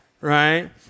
Right